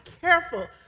careful